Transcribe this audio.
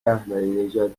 احمدینژاد